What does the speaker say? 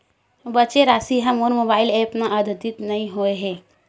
बचे राशि हा मोर मोबाइल ऐप मा आद्यतित नै होए हे